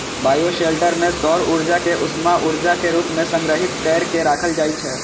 bioshelter मे सौर ऊर्जा कें उष्मा ऊर्जा के रूप मे संग्रहीत कैर के राखल जाइ छै